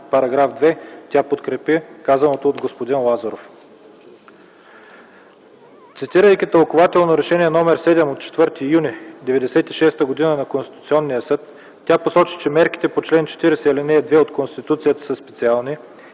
на § 2, тя подкрепи казаното от господин Лазаров. Цитирайки Тълкувателно решение № 7 от 4 юни 1996 г. на Конституционния съд, тя посочи, че мерките по чл. 40, ал. 2 от Конституцията са специални